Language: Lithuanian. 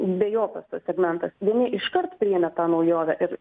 dvejopas tas segmentas vieni iškart priėmė tą naujovę ir